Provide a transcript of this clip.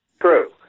True